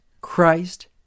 Christ